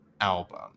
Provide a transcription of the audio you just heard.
album